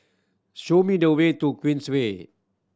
show me the way to Queensway